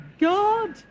God